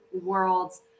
worlds